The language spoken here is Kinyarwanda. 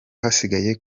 hasigaye